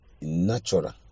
natural